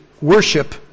worship